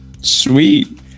Sweet